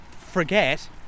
forget